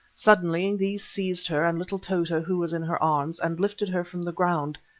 suddenly these seized her and little tota who was in her arms, and lifted her from the ground.